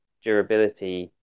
durability